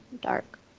dark